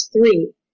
three